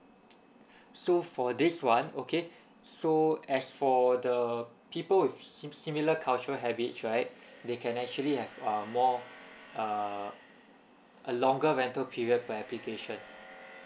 so for this one okay so as for the people with si~ similar culture habits right they can actually have uh more err a longer rental period per application